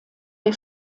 der